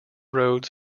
roads